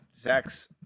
Zach's